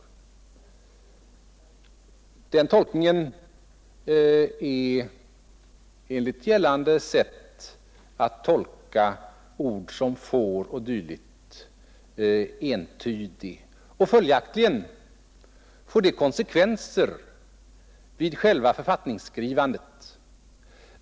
Den tolkningen är enligt gällande sätt att tolka ord som ”får” och dylikt entydig. Följaktligen får det konsekvenser vid själva författningsskrivandet.